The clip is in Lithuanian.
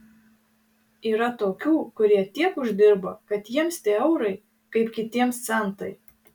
yra tokių kurie tiek uždirba kad jiems tie eurai kaip kitiems centai